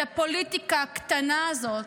את הפוליטיקה הקטנה הזאת,